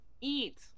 eat